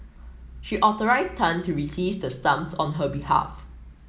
she authorised Tan to receive the sums on her behalf